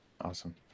awesome